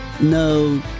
no